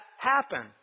happen